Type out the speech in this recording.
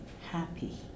happy